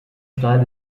steil